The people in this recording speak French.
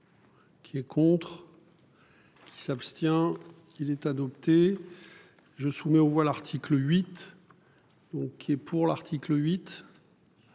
Qui est contre. Il s'abstient. Il est adopté. Je soumets aux voix l'article 8. Donc il est pour l'article 8.